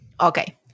Okay